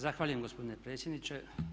Zahvaljujem gospodine predsjedniče.